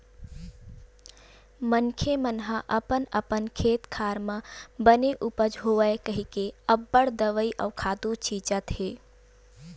मनखे मन ह अपन अपन खेत खार म बने उपज होवय कहिके अब्बड़ दवई अउ खातू छितत हे